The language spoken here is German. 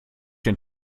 den